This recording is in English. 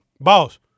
boss